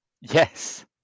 Yes